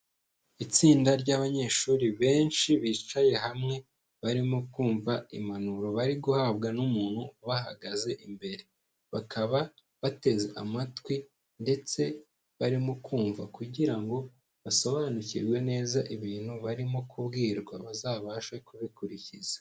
Itsinda ryabanyeshuri benshi bicaye hamwe barimo kumva impanuro bari guhabwa n'umuntu bahagaze imbere, bakaba bateze amatwi ndetse barimo kumva kugira ngo basobanukirwe neza ibintu barimo kubwirwa bazabashe kubikurikiza.